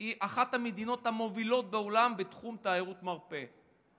היא אחת המדינות המובילות בעולם בתחום תיירות המרפא.